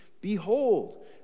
Behold